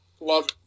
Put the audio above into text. Love